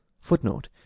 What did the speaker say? Footnote